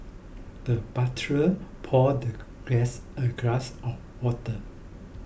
the butler poured the guest a glass of water